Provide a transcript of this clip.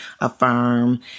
affirm